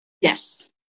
Yes